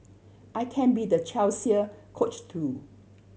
I can be the Chelsea Coach too